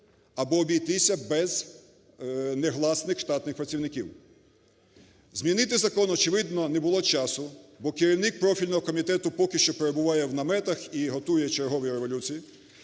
або обійтися без негласних штатних працівників. Змінити закон, очевидно, не було часу, бо керівник профільного комітету поки що перебуває в наметах і готує чергові революції,